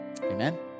Amen